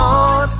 on